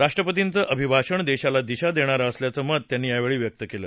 राष्ट्रपतींचं अभिभाषण देशाला दिशा देणारं असल्याचं मत त्यांनी यावेळी व्यक्त केलं